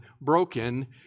broken